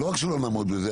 לא רק שלא נעמוד בזה,